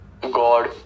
God